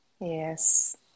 Yes